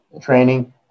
training